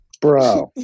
Bro